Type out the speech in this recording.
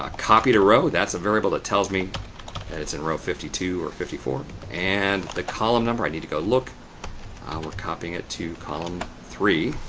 ah copy to row, that's a variable that tells me that it's in row fifty two or fifty four and the column number. i need to go look and we're copying it to column three.